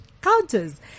counters